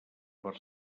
per